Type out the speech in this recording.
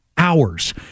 Hours